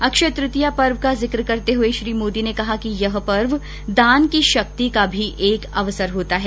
अक्षय तृतीया पर्व का जि क्र करते हुए श्री मोदी ने कहा कि यह पर्व दान की शक्ति का भी एक अवसर होता है